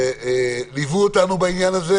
שליוו אותנו בעניין הזה.